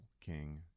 King